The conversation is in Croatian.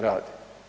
Radi.